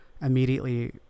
immediately